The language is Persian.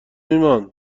ایمان